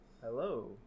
Hello